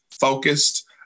focused